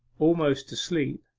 almost asleep,